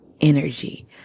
energy